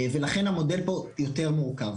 לכן המודל פה הוא יותר מורכב.